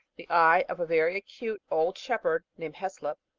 the eye of a very acute old shepherd, named hyslop,